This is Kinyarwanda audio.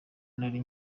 nari